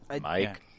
Mike